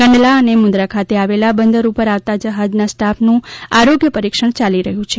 કંડલા અને મુંદ્રા ખાતે આવેલા બંદર ઉપર આવતા જહાજના સ્ટાફનું આરોગ્ય પરીક્ષણ ચાલી રહ્યું છે